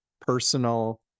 personal